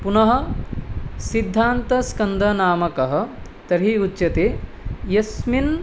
पुनः सिद्धान्तस्कन्धनामकः तर्हि उच्यते यस्मिन्